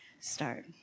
start